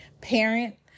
parent